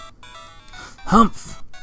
Humph